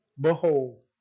behold